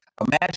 imagine